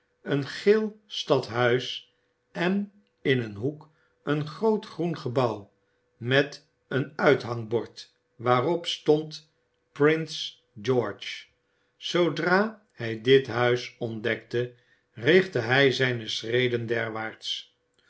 een geel stadshuis en in een hoek een groot groen gebouw met een uithangbord waarop stond prins george zoodra hij dit huis ontdekte richtte hij zijne schreden